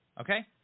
okay